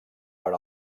per